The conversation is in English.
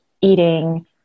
eating